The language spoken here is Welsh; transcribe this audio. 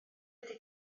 ydy